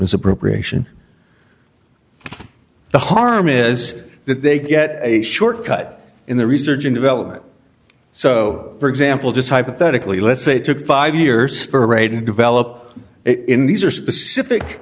misappropriation the harm is that they get a short cut in the research and development so for example just hypothetically let's say it took five years for ray to develop it in these are specific